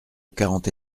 quarante